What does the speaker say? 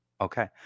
Okay